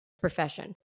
profession